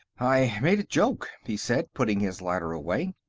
i made a joke, he said, putting his lighter away.